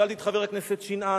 שאלתי את חבר הכנסת שנאן,